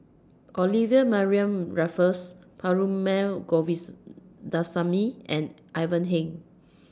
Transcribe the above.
Olivia Mariamne Raffles Perumal and Ivan Heng